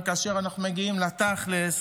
אולם כאשר אנחנו מגיעים לתכלס,